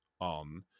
on